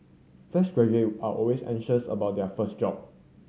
fresh graduate are always anxious about their first job